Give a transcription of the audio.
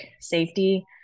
Safety